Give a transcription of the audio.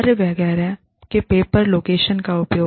कार्य वगैरह के पेपर लोकेशन का उपयोग